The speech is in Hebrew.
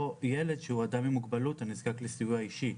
או ילד שהוא אדם עם מוגבלות הנזקק לסיוע אישי.